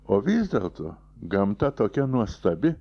o vis dėlto gamta tokia nuostabi